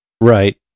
Right